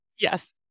Yes